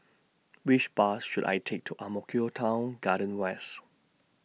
Which Bus should I Take to Ang Mo Kio Town Garden West